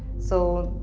so.